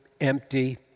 empty